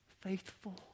Faithful